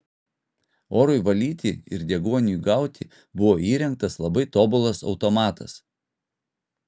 orui valyti ir deguoniui gauti buvo įrengtas labai tobulas automatas